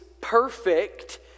perfect